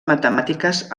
matemàtiques